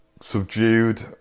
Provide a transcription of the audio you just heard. subdued